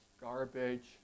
garbage